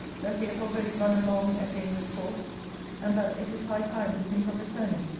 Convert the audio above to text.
that he has already run a long and dangerous course and that it is high time to think of returning.